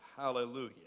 Hallelujah